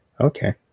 Okay